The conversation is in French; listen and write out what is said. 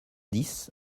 dix